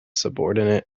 subordinate